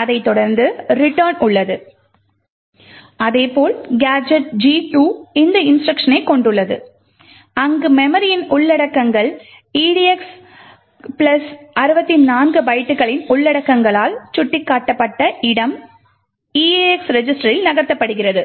அதை தொடர்ந்து return உள்ளது அதே போல் கேஜெட் G2 இந்த இன்ஸ்ட்ருக்ஷனை கொண்டுள்ளது அங்கு மெமரியின் உள்ளடக்கங்கள் edx 64 பைட்டுகளின் உள்ளடக்கங்களால் சுட்டிக்காட்டப்பட்ட இடம் eax ரெஜிஸ்டரில் நகர்த்தப்படுகிறது